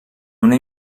una